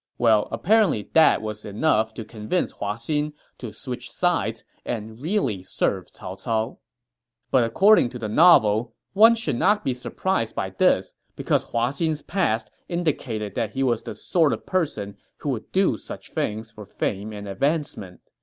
well, apparently that was enough to convince hua xin to switch sides and really serve cao cao but according to the novel, one should not be surprised by this, because hua xin's past indicated that he was the sort of person who would do such things for fame and advancement.